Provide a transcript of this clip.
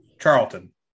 Charlton